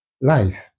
life